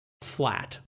flat